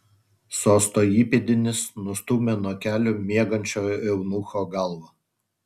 sosto įpėdinis nustūmė nuo kelių miegančio eunucho galvą